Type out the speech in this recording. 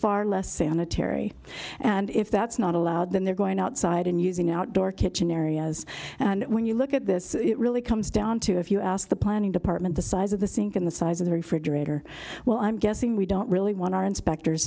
far less sanitary and if that's not allowed then they're going outside and using outdoor kitchen areas and when you look at this it really comes down to if you ask the planning department the size of the sink and the size of the refrigerator well i'm guessing we don't really want our inspectors